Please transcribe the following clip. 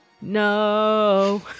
No